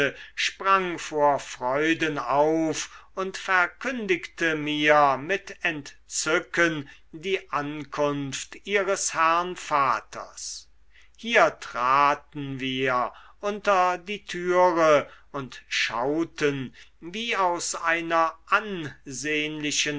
sprang vor freuden auf und verkündigte mir mit entzücken die ankunft ihres herrn vaters hier traten wir unter die türe und schauten wie aus einer ansehnlichen